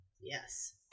yes